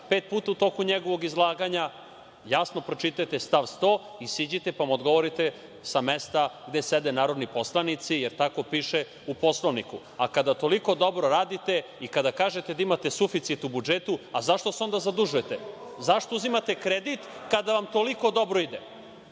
pet puta u toku njegovog izlaganja. Jasno pročitajte član 100. i siđite pa mu odgovorite sa mesta gde sede narodni poslanici, jer tako piše u Poslovniku. Kada toliko dobro radite i kada kažete da imate suficit u budžetu, a zašto se onda zadužujete? Zašto uzimate kredit kada vam toliko dobro ide?